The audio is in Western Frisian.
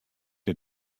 net